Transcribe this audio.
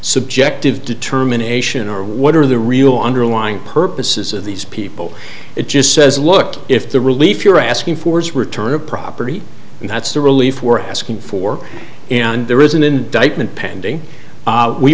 subjective determination or what are the real underlying purposes of these people it just says look if the relief you're asking for is return of property and that's the relief we're asking for and there is an indictment pending